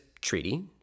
treaty